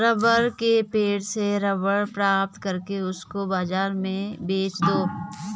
rubber के पेड़ से रबर प्राप्त करके उसको बाजार में बेच दो